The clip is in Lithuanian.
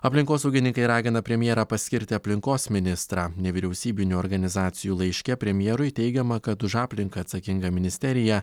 aplinkosaugininkai ragina premjerą paskirti aplinkos ministrą nevyriausybinių organizacijų laiške premjerui teigiama kad už aplinką atsakinga ministerija